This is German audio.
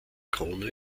krone